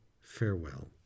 farewell